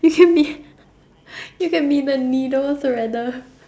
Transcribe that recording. you can be you can be the needle threader